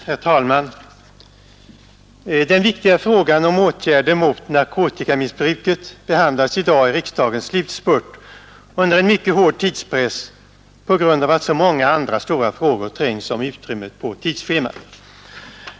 Herr talman! Den viktiga frågan om åtgärder mot narkotikamissbruket behandlas i dag, i riksdagens slutspurt, under en mycket hård tidspress på grund av att så många andra stora frågor trängs om utrymmet på tidsschemat.